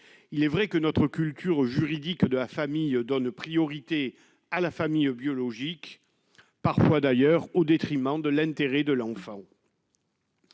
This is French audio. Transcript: il est vrai que notre culture juridique de la famille donne priorité à la famille biologique, parfois d'ailleurs au détriment de l'intérêt de l'enfant.